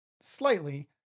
slightly